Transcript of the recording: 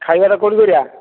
ଖାଇବାଟା କେଉଁଠି କରିବା